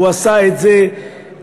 הוא עשה את זה בחוכמה,